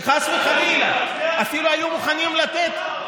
תקשיב ליולי אדלשטיין,